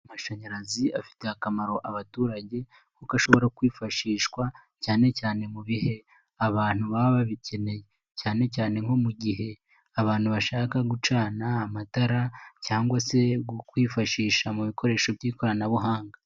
Amashanyarazi afitiye akamaro abaturage kuko ashobora kwifashishwa cyane cyane mu bihe abantu baba babikeneye, cyane cyane nko mu gihe abantu bashaka gucana amatara cyangwa se kwifashisha mu bikoresho by'ikoranabuhanga.